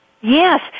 Yes